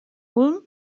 ulm